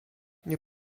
nie